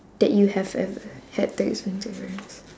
that you have ever had to explain to your parents